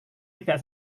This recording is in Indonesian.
tidak